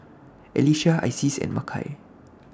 Alecia Isis and Makai